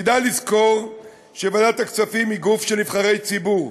כדאי לזכור שוועדת הכספים היא גוף של נבחרי ציבור.